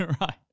right